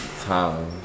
time